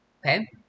Okay